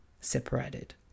separated